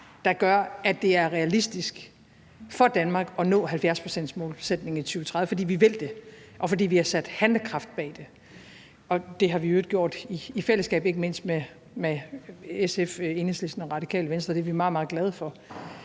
der gør, at det er realistisk for Danmark at nå 70-procentsmålsætningen i 2030, fordi vi vil det, og fordi vi har sat handlekraft bag det. Det har vi i øvrigt gjort i fællesskab, ikke mindst med SF, Enhedslisten og Det Radikale Venstre, og det er vi meget, meget glade for.